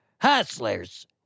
Hustlers